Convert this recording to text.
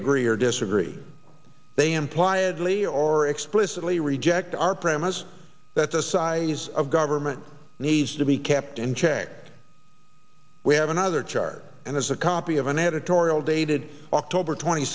agree or disagree they imply edley or explicitly reject our premise that the size of government needs to be kept in check we have another chart and as a copy of an editorial dated october twenty